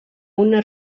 una